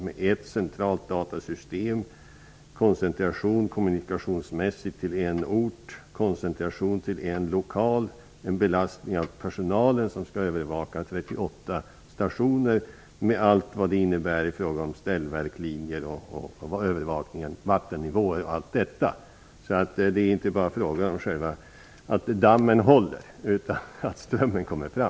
Det blir ett centralt datasystem, kommunikationsmässigt en koncentration till en ort och koncentration till en lokal. Det blir en belastning på den personal som skall övervaka 38 stationer, med allt vad det innebär i fråga om ställverk, linjer, vattennivå och allt detta. Det är inte bara fråga om att själva dammen håller, utan att strömmen kommer fram.